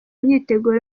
imyiteguro